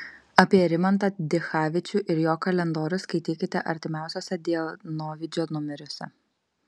apie rimantą dichavičių ir jo kalendorius skaitykite artimiausiuose dienovidžio numeriuose